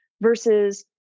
versus